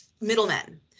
middlemen